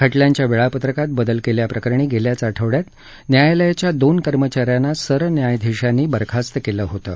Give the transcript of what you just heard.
खटल्यांच्या वेळापत्रकात बदल केल्याप्रकरणी गेल्याच आठवडयात न्यायालयाच्या दोन कर्मचाऱ्यांना सरन्यायाधीशांनी बरखास्त केलं होतं